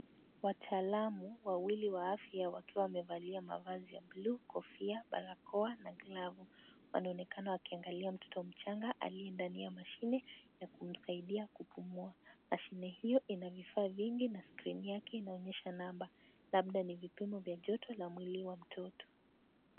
Wataalamu wawili wa afya wakiwa wamevalia mavazi ya blu , kofia , barakoa na glavu . Wanaonekana wakiangalia mtoto mchanga aliye ndani ya mashine ya kumsaidia kupumua . Mashine hiyo ina vifaa vingi na skrini yake inaonyesha namba labda ni vipimo vya joto la mwili wa mtoto.